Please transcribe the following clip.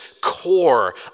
core